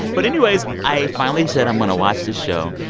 but anyways, i finally said i'm going to watch this show.